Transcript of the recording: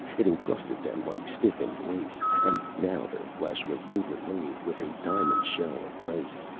it encrusted them like stiffened lace, and now their flesh was overlaid with a diamond shell of ice.